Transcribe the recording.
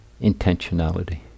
intentionality